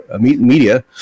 media